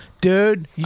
Dude